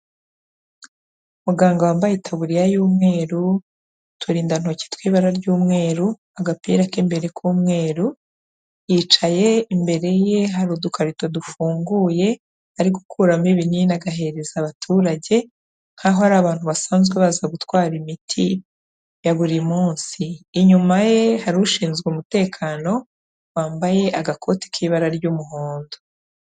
Muganga wambaye itaburiya y'umweru, uturindantoki tw'ibara ry'umweru, agapira k'imbere k'umweru, yicaye imbere ye hari udukarito dufunguye, ari gukuramo ibinini agahereza abaturage, nk'aho ari abantu basanzwe baza gutwara imiti ya buri munsi. Inyuma ye hari ushinzwe umutekano wambaye agakoti k'ibara ry'umuhondo.